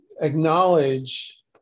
acknowledge